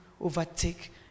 overtake